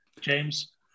James